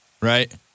Right